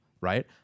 right